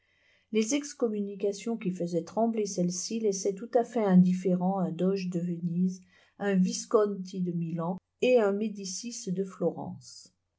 les excommunications qui faisaient trembler celles-ci laissaient tout à fait indifférent un doge de venise un visconti de milan et un médicis de florence